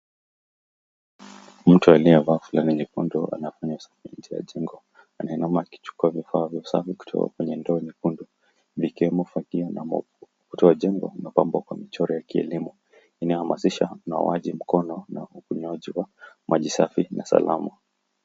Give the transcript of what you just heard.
mtu aliyevaa fulana nyekuna nyekundu anainama kuchukua vifaa vya usafi kutoka kwenye ndoo nyekundu, vikiwemo fagio na mopa. Ukuta wa jengo imepambwa kwa mchoro wa kielimu, inahamazisha, unawaji wa mkono, na ukunjwaji wa mji safi na salama.